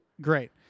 great